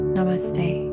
Namaste